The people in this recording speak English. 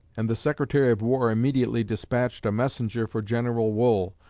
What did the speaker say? and the secretary of war immediately despatched a messenger for general wool,